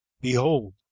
behold